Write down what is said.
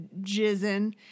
jizzing